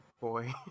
boy